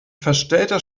verstellter